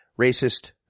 racist